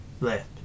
Left